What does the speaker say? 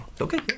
Okay